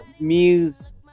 Muse